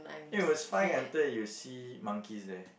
it was fine until you see monkeys there